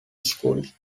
schools